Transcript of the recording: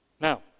Now